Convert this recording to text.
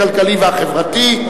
הכלכלי והחברתי,